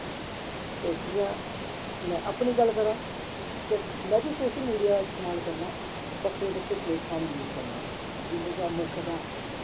ते जियां में अपनी गल्ल करां ते में बी सोशल मीडिया दा इस्तमाल करना बक्खरे बक्खरे प्लेटफार्म यूस करना जिंदे चा मुक्ख तां